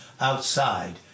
outside